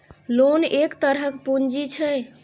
loan एक तरहक पुंजी छै